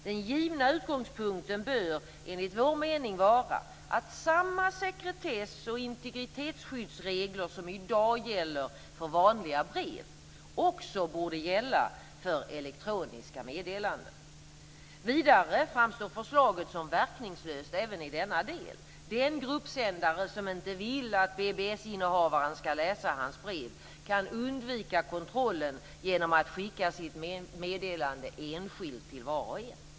Den givna utgångspunkten bör enligt moderaternas mening vara att samma sekretess och integritetsskyddsregler som i dag gäller för vanliga brev också borde gälla för elektroniska meddelanden. Vidare framstår förslaget som verkningslöst även i denna del. Den gruppsändare som inte vill att BBS innehavaren skall läsa hans brev kan undvika kontrollen genom att skicka sitt meddelande enskilt till var och en.